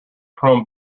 chrome